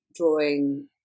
drawing